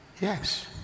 Yes